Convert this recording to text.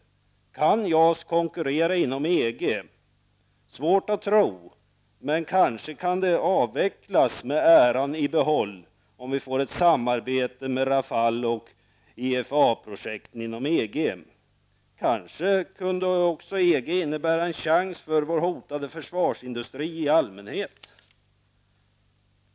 Kan JAS konkurrera inom EG? Det är svårt att tro, men kanske kan det avvecklas med äran i behåll om vi får ett samarbete med Rafale och EFA-projekten inom EG. Kanske kunde också EG innebära en chans för vår hotade försvarsindustri i allmänhet?